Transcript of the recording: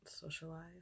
socialize